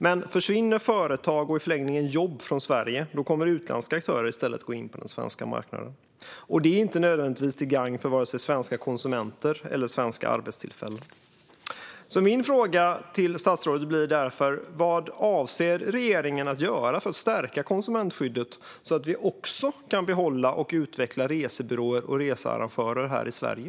Men om företag, och i förlängningen jobb, försvinner från Sverige kommer utländska aktörer i stället att gå in på den svenska marknaden. Det är inte nödvändigtvis till gagn för vare sig svenska konsumenter eller svenska arbetstillfällen. Min fråga till statsrådet blir därför: Vad avser regeringen att göra för att stärka konsumentskyddet, så att vi också kan behålla och utveckla resebyråer och researrangörer här i Sverige?